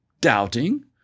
doubting